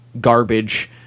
garbage